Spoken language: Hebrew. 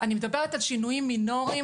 אני מדברת על שינויים מינוריים,